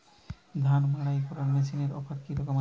ধান মাড়াই করার মেশিনের অফার কী রকম আছে?